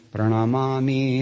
Pranamami